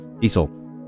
Diesel